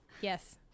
yes